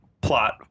plot